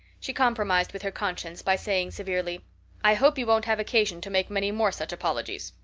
she compromised with her conscience by saying severely i hope you won't have occasion to make many more such apologies.